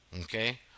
Okay